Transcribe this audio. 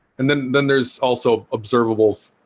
and then then there's also observable,